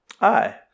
aye